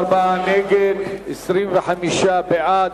44 נגד, 25 בעד.